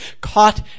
caught